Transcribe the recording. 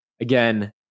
Again